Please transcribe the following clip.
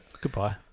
Goodbye